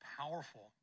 powerful